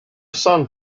son